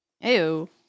Ew